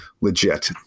legit